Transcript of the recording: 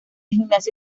gimnasio